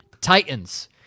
Titans